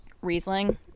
Riesling